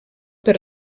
per